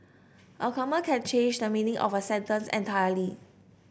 a comma can change the meaning of a sentence entirely